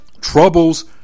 troubles